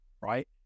right